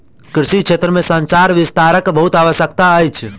कृषि क्षेत्र में संचार विस्तारक बहुत आवश्यकता अछि